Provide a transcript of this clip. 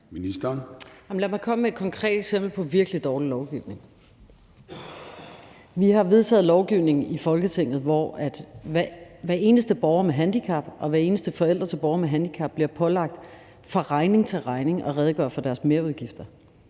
Lad mig komme med et konkret eksempel på virkelig dårlig lovgivning. Vi har vedtaget lovgivning i Folketinget, hvor hver eneste borger med handicap og hver eneste forælder til borgere med handicap bliver pålagt regning for regning at redegøre for deres merudgifter.